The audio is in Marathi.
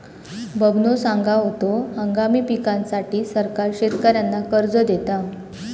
बबनो सांगा होतो, हंगामी पिकांसाठी सरकार शेतकऱ्यांना कर्ज देता